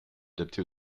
adapté